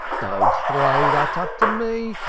don't throw that up to me!